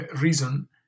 reason